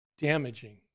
damaging